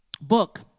book